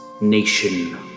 nation